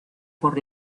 por